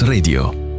Radio